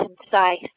concise